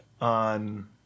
on